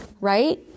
right